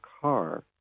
car